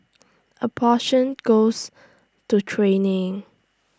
A portion goes to training